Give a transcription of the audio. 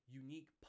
unique